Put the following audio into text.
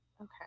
Okay